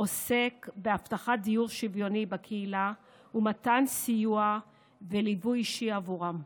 עוסק בהבטחת דיור שוויוני בקהילה ומתן סיוע וליווי אישי עבורם.